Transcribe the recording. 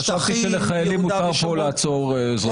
חשבתי שלחיילים מותר לעצור פה אזרחים.